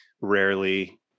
rarely